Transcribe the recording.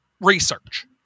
research